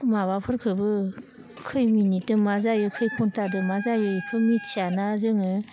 माबाफोरखोबो खैय मिनिटआव मा जायो खैय घन्टादो मा जायो इखो मिथियाना जोङो